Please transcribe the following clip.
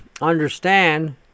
understand